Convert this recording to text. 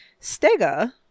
Stega